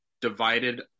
divided